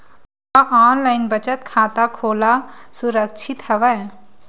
का ऑनलाइन बचत खाता खोला सुरक्षित हवय?